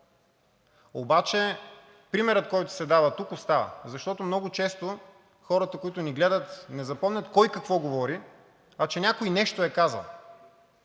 обаче примерът, който се дава тук, остава. Защото много често хората, които ни гледат, не запомнят кой какво говори, а че някой нещо е казал.